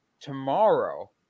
tomorrow